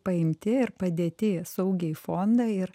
paimti ir padėti saugiai į fondą ir